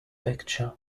picture